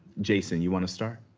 jason, you want to start?